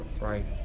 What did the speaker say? right